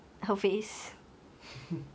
why